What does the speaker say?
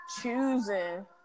choosing